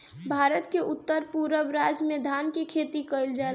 भारत के उत्तर पूरब राज में धान के खेती कईल जाला